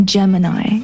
Gemini